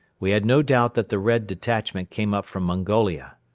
we had no doubt that the red detachment came up from mongolia.